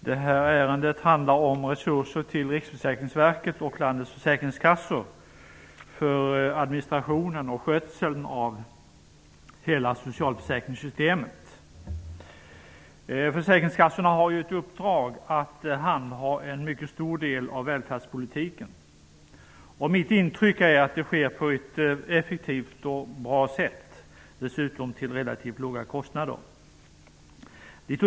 Herr talman! Detta ärende handlar om resurser till Riksförsäkringsverket och till landets försäkringskassor för administration och skötsel av hela socialförsäkringssystemet. Försäkringskassorna har ju i uppdrag att handha en mycket stor del som rör välfärdspolitiken. Mitt intryck är att det sker på ett effektivt och bra sätt. Dessutom sker det till relativt låga kostnader.